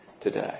today